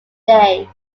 day